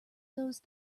those